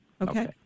Okay